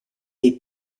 dei